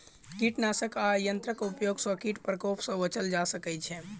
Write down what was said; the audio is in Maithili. कीटनाशक आ यंत्रक उपयोग सॅ कीट प्रकोप सॅ बचल जा सकै छै